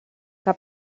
que